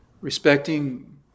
respecting